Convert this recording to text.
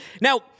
Now